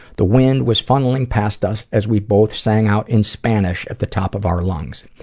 the wind was funneling past us as we both sang out in spanish at the top of our lungs.